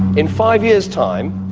in five years' time,